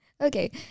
Okay